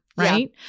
Right